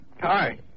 Hi